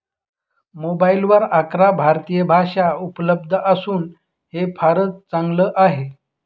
मोबाईलवर अकरा भारतीय भाषा उपलब्ध असून हे फारच चांगल आहे